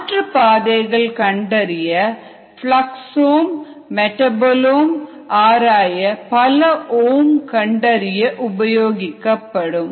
மாற்றுப் பாதைகள் கண்டறிய பிளக்ஸ்ஓம் மெட்டாபோல்ஓம் ஆராய பல ஓம்ங்களை கண்டறிய உபயோகப்படும்